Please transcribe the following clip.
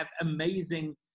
amazing